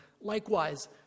Likewise